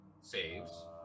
Saves